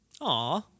Aw